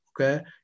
okay